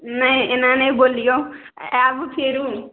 नहि एना नहि बोलिऔ आएब फेरु